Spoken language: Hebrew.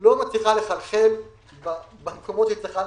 לא מצליחה לחלחל במקומות שהיא צריכה לחלחל.